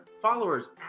followers